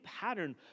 pattern